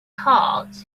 heart